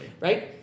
Right